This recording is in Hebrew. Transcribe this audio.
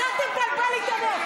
אז אל תבלבל לי את המוח.